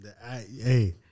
Hey